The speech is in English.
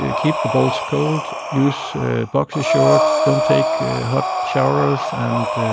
ah keep the balls cold. use boxer shorts. don't take hot showers. and,